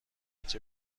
بچه